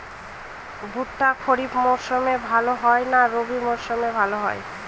ভুট্টা খরিফ মৌসুমে ভাল হয় না রবি মৌসুমে ভাল হয়?